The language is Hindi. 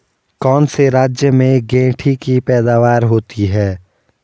कौन से राज्य में गेंठी की पैदावार होती है?